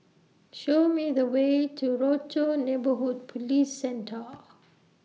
Show Me The Way to Rochor Neighborhood Police Centre